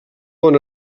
bon